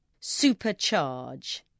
Supercharge